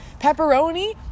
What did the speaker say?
Pepperoni